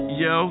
yo